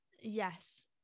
yes